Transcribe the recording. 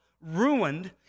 ruined